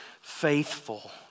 faithful